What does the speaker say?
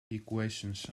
equations